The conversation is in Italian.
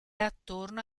attorno